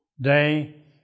day